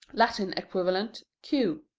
latin equivalent, q.